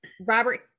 robert